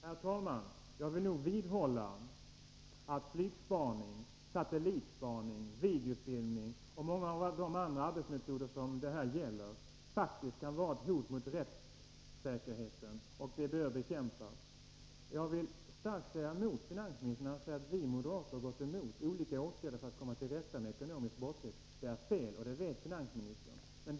Herr talman! Jag vill nog vidhålla att flygspaning, satellitspaning, videofilmning och många av de andra arbetsmetoder som det här gäller faktiskt kan vara ett hot mot rättssäkerheten. Och det bör bekämpas. Jag vill mycket bestämt säga emot finansministern, när han påstår att vi moderater har motsatt oss olika åtgärder för att komma till rätta med ekonomisk brottslighet. Det är fel, och det vet finansministern.